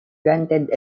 granted